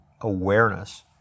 awareness